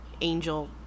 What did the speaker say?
angel